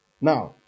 Now